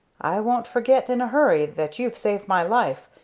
i won't forget in a hurry that you've saved my life,